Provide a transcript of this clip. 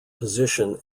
position